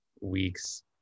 week's